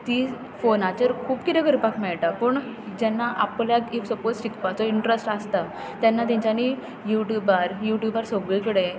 तीज फोनाचेर खूब किरें करपाक मेळटा पूण जेन्ना आपल्याक ईफ सपोज शिकपाचो इंट्रस्ट आसता तेन्ना तेंच्यांनी युट्युबार युट्युबार सगळे कडे